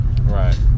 right